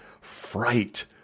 Fright